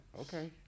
okay